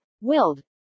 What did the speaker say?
willed